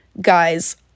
Guys